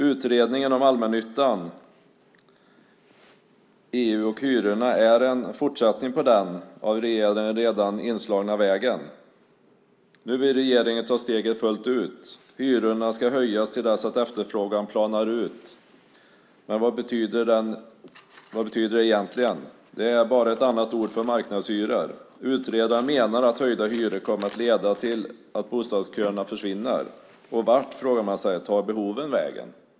Utredningen om allmännyttan, EU och hyrorna är en fortsättning på den av regeringen redan inslagna vägen. Nu vill regeringen ta steget fullt ut. Hyrorna ska höjas till dess att efterfrågan planar ut. Men vad betyder det egentligen? Det är bara ett annat ord för marknadshyror. Utredaren menar att höjda hyror kommer att leda till att bostadsköerna försvinner. Vart, frågar man sig, tar behoven vägen?